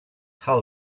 how